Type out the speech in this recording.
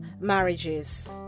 marriages